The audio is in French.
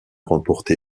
remporté